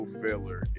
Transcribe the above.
filler